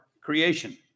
creation